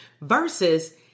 versus